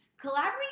Collaborate